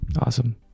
Awesome